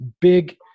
big